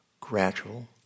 gradual